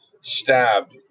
Stabbed